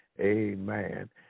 Amen